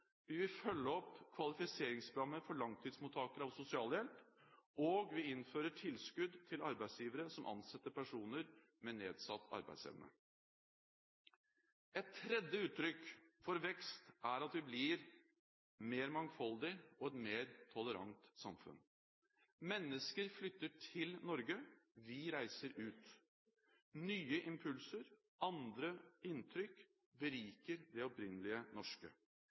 Vi vil følge opp kvalifiseringsprogrammet for langtidsmottakere av sosialhjelp, og vi innfører tilskudd til arbeidsgivere som ansetter personer med nedsatt arbeidsevne. Et tredje uttrykk for vekst er at vi blir et mer mangfoldig og tolerant samfunn. Mennesker flytter til Norge. Vi reiser ut. Nye impulser, andre inntrykk beriker det opprinnelige norske.